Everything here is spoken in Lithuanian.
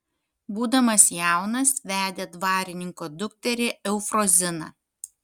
būdamas jaunas vedė dvarininko dukterį eufroziną